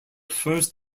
first